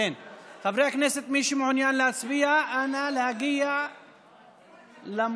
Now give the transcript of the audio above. חברי הכנסת, מי שמעוניין להצביע, אנא להגיע למושב.